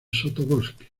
sotobosque